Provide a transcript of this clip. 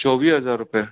चौवीह हज़ार रुपया